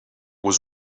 was